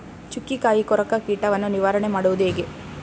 ಚುಕ್ಕಿಕಾಯಿ ಕೊರಕ ಕೀಟವನ್ನು ನಿವಾರಣೆ ಮಾಡುವುದು ಹೇಗೆ?